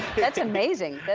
that's amazing.